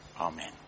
Amen